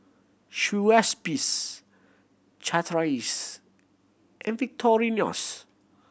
Schweppes Chateraise and Victorinox